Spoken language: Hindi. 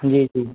जी जी